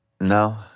No